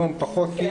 היום הוא פחות טוב